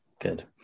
good